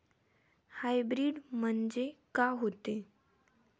Hybrid म्हनजे का होते?